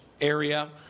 area